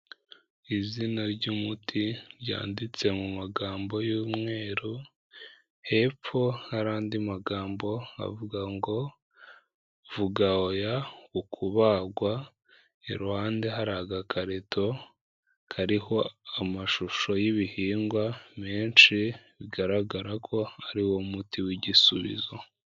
Izina ry'umuti ryanditse mu magambo y'umweru, hepfo hari andi magambo avuga ngo vuga oya ku kubagwa, iruhande hari agakarito kariho amashusho y'ibihingwa menshi bigaragara ko ariwo muti w'gisubizo.